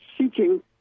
seeking